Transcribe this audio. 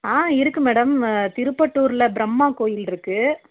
ஆ இருக்குது மேடம் திருப்பட்டூரில் பிரம்மா கோயில் இருக்குது